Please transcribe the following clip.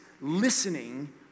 listening